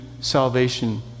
salvation